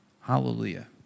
Hallelujah